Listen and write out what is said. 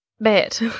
bet